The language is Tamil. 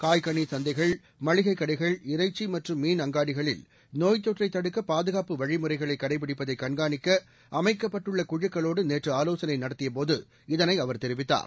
காய்கனி சந்தைகள் மளிகைக் கடைகள் இறைச்சி மற்றும் மீன் அங்காடிகளில் நோய்த் தொற்றைத் தடுக்க பாதுகாப்பு வழிமுறைகளை கடைபிடிப்பதை கண்காணிக்க அமைக்கப்பட்டுள்ள குழுக்களோடு நேற்று ஆலோசனை நடத்தியபோது இதனை அவர் தெரிவித்தார்